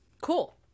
cool